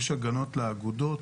יש הגנות לאגודות,